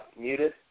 muted